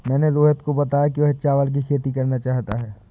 मैंने रोहित को बताया कि वह चावल की खेती करना चाहता है